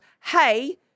hey